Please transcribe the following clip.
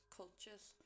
cultures